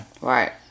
Right